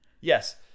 Yes